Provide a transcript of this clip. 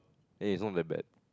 it is not my bag